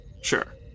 Sure